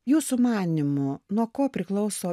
jūsų manymu nuo ko priklauso